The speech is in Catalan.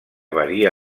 varia